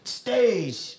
stage